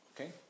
Okay